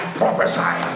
prophesy